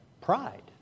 Pride